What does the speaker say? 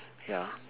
ya